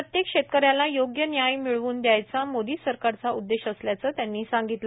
प्रत्येक शेतकऱ्याला योग्य न्याय मिळवून द्यायचा मोदी सरकारचा उद्देश असल्याचं त्यांनी सांगितलं